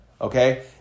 okay